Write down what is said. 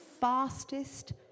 fastest